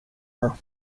her